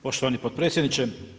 Poštovani potpredsjedniče.